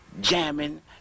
jamming